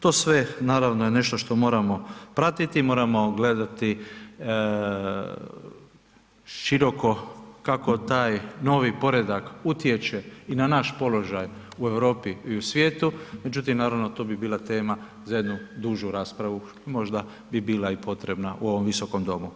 To sve naravno je nešto što moramo pratiti i moramo gledati široko kako taj novi poredak utječe i na naš položaj u Europi i u svijetu, međutim naravno to bi bila tema za jednu dužu raspravu i možda bi bila potrebna u ovom Visokom domu.